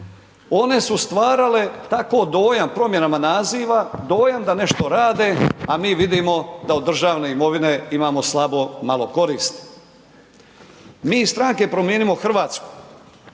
one su stvarale tako dojam promjenama naziva, dojam da nešto rade, a mi vidimo da od državne imovine imamo slabo, malo koristi. Mi iz stranke Promijenimo Hrvatsku